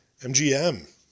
MGM